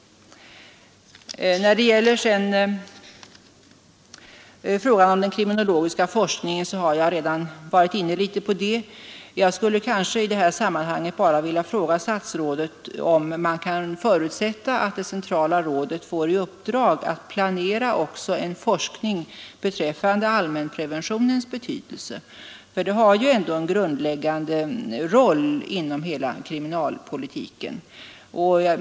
Den kriminologiska forskningen har jag redan varit inne på. Jag skulle i det sammanhanget bara vilja fråga statsrådet om man kan förutsätta att det centrala rådet får i uppdrag att planera också en forskning beträffande Nr 75 allmänpreventionens betydelse. Den spelar ändå en grundläggande roll Torsdagen den inom hela kriminalpolitiken.